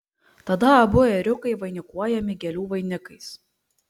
tada abu ėriukai vainikuojami gėlių vainikais